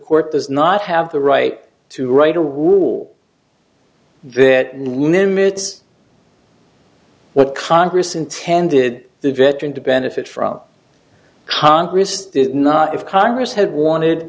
court does not have the right to write a rule that no limits what congress intended the veteran to benefit from congress not if congress had wanted